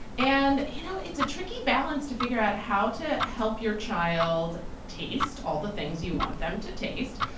and you know it's a tricky balance to figure out how to help your child taste all the things you want them to taste,